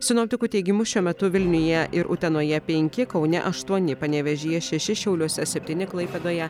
sinoptikų teigimu šiuo metu vilniuje ir utenoje penki kaune aštuoni panevėžyje šeši šiauliuose septyni klaipėdoje